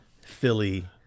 Philly